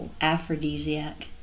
aphrodisiac